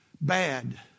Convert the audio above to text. bad